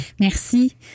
Merci